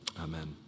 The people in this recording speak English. Amen